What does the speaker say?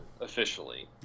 officially